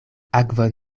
akvon